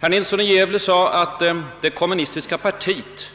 Herr Nilsson i Gävle sade visserligen att det kommunistiska partiet